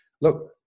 Look